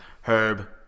Herb